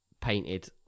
painted